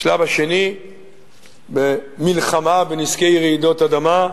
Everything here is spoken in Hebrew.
בשלב השני במלחמה בנזקי רעידות אדמה,